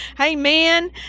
Amen